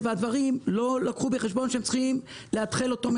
הם לא לקחו בחשבון שהם צריכים לאתחל אותו.